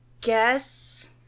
guess